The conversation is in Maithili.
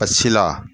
पछिला